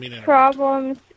problems